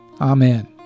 Amen